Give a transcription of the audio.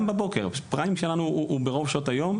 הפריים שלנו הוא ברוב שעות היום,